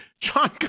John